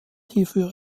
hierfür